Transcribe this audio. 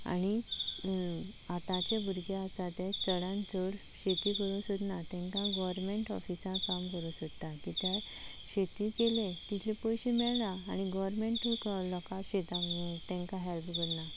आनी आतांचे भुरगे आसा ते चडान चड शेती करूं सोदना तेंकां गॉरमँट ऑफिसा काम करूं सोदता कित्या शेती केली तितले पयशे मेळना आनी गॉरमँटू को लोकां शेतांक तेंकां हॅल्प कन्ना